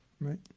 Right